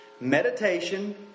meditation